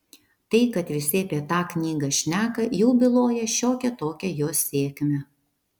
tai kad visi apie tą knygą šneka jau byloja šiokią tokią jos sėkmę